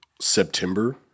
September